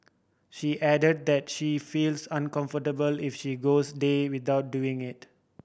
she added that she feels uncomfortable if she goes day without doing it